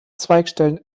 zweigstellen